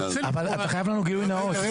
אבל אתה חייב לנו גילוי נאות.